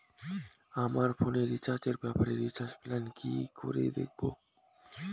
আমার ফোনে রিচার্জ এর ব্যাপারে রিচার্জ প্ল্যান কি করে দেখবো?